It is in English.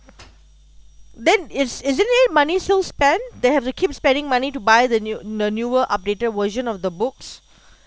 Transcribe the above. then is isn't it money still spent they have to keep spending money to buy the new the newer updated version of the books